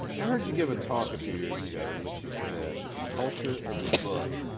heard you give a talk a few years ago in which you said the culture of the book,